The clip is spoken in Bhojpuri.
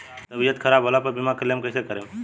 तबियत खराब होला पर बीमा क्लेम कैसे करम?